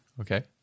Okay